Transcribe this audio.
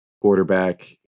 quarterback